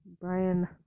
Brian